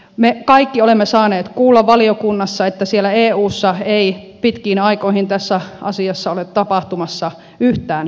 me kaikki olemme saaneet kuulla valiokunnassa että siellä eussa ei pitkiin aikoihin tässä asiassa ole tapahtumassa yhtään mitään